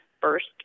First